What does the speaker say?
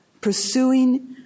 pursuing